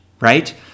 right